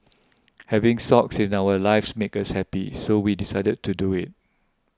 having Socks in our lives makes us happy so we decided to do it